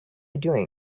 doing